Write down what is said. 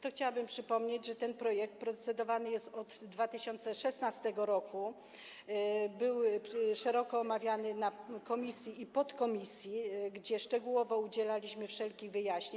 Tu chciałabym przypomnieć, że ten projekt procedowany jest od 2016 r., był szeroko omawiany w komisji i w podkomisji, gdzie szczegółowo udzielaliśmy wszelkich wyjaśnień.